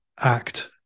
act